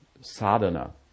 sadhana